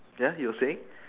ya you were saying